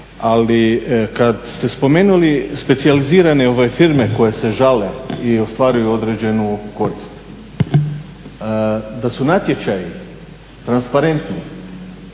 ali kad ste spomenuli specijalizirane firme koje se žale i ostvaruju određenu korist. Da su natječaji transparentni